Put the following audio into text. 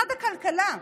משרד הכלכלה,